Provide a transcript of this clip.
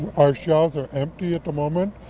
our shelves are empty at the moment,